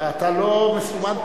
אתה לא מסומן פה.